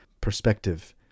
perspective